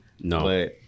No